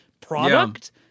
product